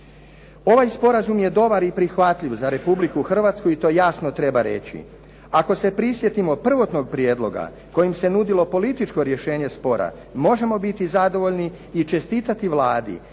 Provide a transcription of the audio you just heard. Ovaj sporazum je dobar i prihvatljiva za Republiku Hrvatsku i to jasno treba reći. Ako se prisjetimo prvotnog prijedloga kojim se nudilo političko rješenje spora, možemo biti zadovoljni i čestitati Vladi